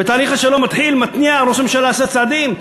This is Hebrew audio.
ותהליך השלום מתחיל, מתניע, ראש הממשלה עשה צעדים.